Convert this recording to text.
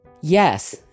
Yes